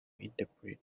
interpret